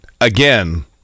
again